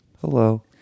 hello